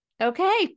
Okay